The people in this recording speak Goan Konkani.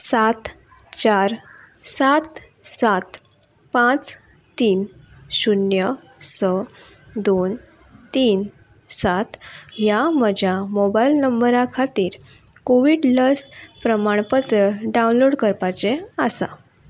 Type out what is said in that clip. सात चार सात सात पांच तीन शुन्य स दोन तीन सात ह्या म्हज्या मोबायल नंबरा खातीर कोवीड लस प्रमाणपत्र डावनलोड करपाचें आसा